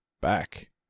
back